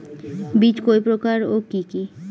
বীজ কয় প্রকার ও কি কি?